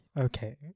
Okay